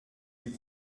les